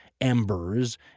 embers